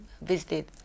visited